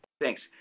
Thanks